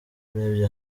urebye